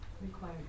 Required